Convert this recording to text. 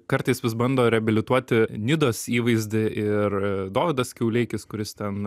kartais vis bando reabilituoti nidos įvaizdį ir dovydas kiauleikis kuris ten